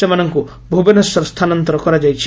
ସେମାନଙ୍କୁ ଭୁବନେଶ୍ୱର ସ୍ଥାନାନ୍ତର କରାଯାଇଛି